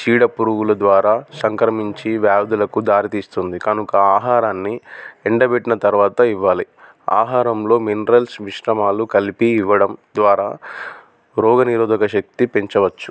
చీడపురుగుల ద్వారా సంక్రమించి వ్యాధులకు దారితీస్తుంది కనుక ఆహారాన్ని ఎండబెట్టిన తర్వాత ఇవ్వాలి ఆహారంలో మినరల్స్ మిశ్రమాలు కలిపి ఇవ్వడం ద్వారా రోగ నిరోధక శక్తి పెంచవచ్చు